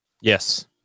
Yes